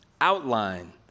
outline